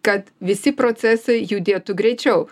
kad visi procesai judėtų greičiau